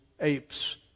apes